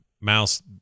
mouse